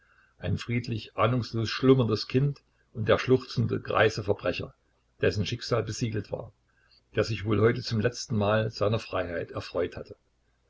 ein friedlich ahnungslos schlummerndes kind und der schluchzende greise verbrecher dessen schicksal besiegelt war der sich wohl heute zum letztenmal seiner freiheit erfreut hatte